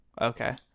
Okay